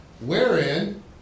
wherein